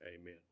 Amen